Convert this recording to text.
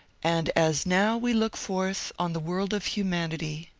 and as now we look forth on the world of humanity,